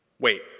Wait